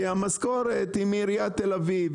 כי המשכורת היא מעיריית תל-אביב.